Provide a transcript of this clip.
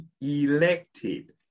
elected